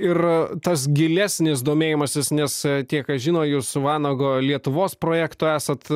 ir tas gilesnis domėjimasis nes tie kas žino jus vanago lietuvos projekto esat